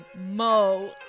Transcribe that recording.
mo